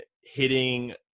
hitting